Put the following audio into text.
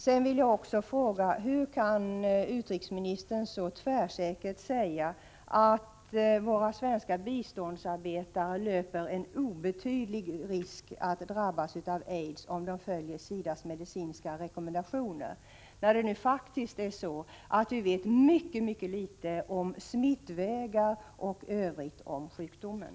Vidare vill jag fråga: Hur kan utrikesministern så tvärsäkert säga att våra — Prot. 1985/86:7 svenska biståndsarbetare löper en obetydlig risk att drabbas av aids, om de 10 oktober 1985 följer SIDA:s medicinska rekommendationer, när det faktiskt är så att vi vet ja Om åtgärder med an